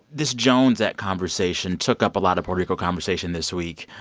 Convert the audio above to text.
this jones act conversation took up a lot of puerto rico conversation this week.